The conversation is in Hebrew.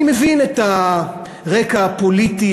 אני מבין את הרקע הפוליטי,